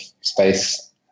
space